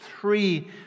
three